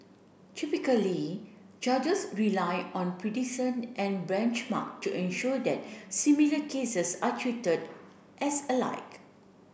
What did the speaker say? Typically judges rely on and benchmark to ensure that similar cases are treated as alike